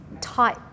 tight